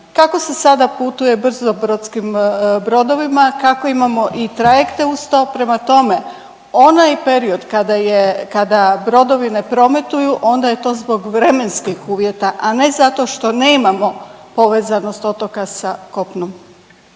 Kako se sada putuje brzo brodskim brodovima? Kako imamo i trajekte uz to? Prema tome, onaj period kada brodovi ne prometuju onda je to zbog vremenskih uvjeta, a ne zato što nemamo povezanost otoka sa kopnom.